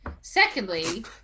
Secondly